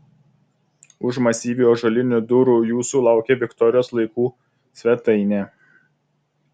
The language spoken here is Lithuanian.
už masyvių ąžuolinių durų jūsų laukia viktorijos laikų svetainė